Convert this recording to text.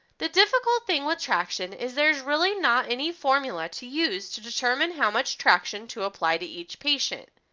the difficult thing with traction is there is really not any formula to use to determine how much traction to apply to each patient.